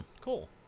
cool